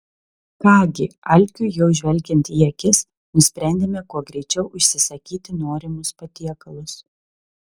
ką gi alkiui jau žvelgiant į akis nusprendėme kuo greičiau užsisakyti norimus patiekalus